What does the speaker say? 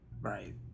Right